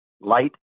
light